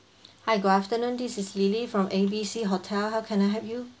hi good afternoon this is lily from A B C hotel how can I help you